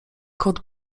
kot